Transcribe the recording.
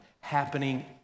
happening